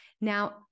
Now